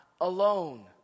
alone